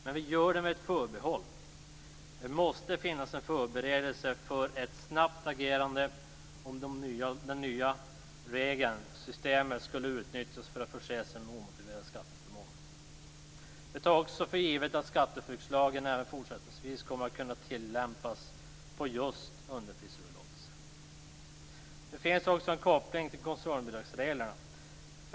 Men vi gör det med ett förbehåll. Det måste finnas en förberedelse för ett snabbt agerande om det nya regelsystemet skulle utnyttjas för att förse sig med omotiverade skatteförmåner. Vi tar också för givet att skatteflyktslagen även fortsättningsvis kommer att kunna tillämpas på just underprisöverlåtelser. Det finns också en koppling till koncernbidragsreglerna.